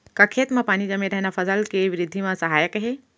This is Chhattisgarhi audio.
का खेत म पानी जमे रहना फसल के वृद्धि म सहायक हे?